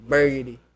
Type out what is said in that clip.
Burgundy